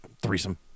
threesome